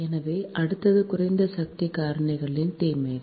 எனவே அடுத்தது குறைந்த சக்தி காரணியின் தீமைகள்